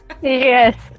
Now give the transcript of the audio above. Yes